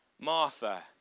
Martha